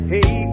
Hey